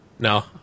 No